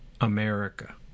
America